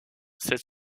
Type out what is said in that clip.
cette